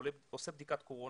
עושה בדיקת קורונה,